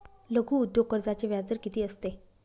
लघु उद्योग कर्जाचे व्याजदर किती असते?